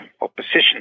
opposition